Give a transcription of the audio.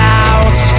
out